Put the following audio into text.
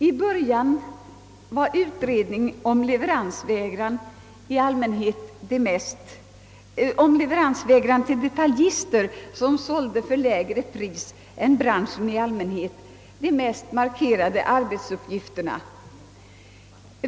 I början var utredning om leveransvägran till detaljister, som sålde till lägre pris än branschen i allmänhet, den mest markerade arbetsuppgiften.